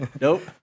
Nope